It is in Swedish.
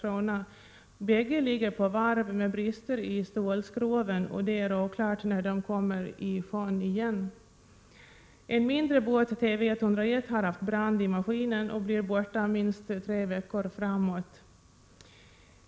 1987/88:123 Karlskrona ligger på varv med brister i stålskroven, och det är oklart när de kommer i sjön. En mindre båt, TV 101, har haft brand i maskinen och blir borta minst tre veckor framåt.